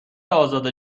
ازاده